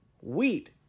wheat